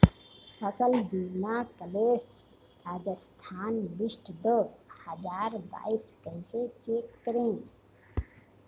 फसल बीमा claim Rajasthan list दो हज़ार बाईस कैसे चेक करें?